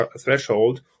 threshold